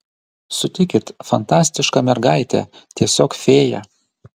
sutikit fantastiška mergaitė tiesiog fėja